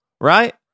right